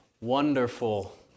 wonderful